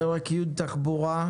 פרק י' (תחבורה)